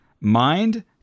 mind